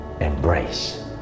embrace